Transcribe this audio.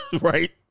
right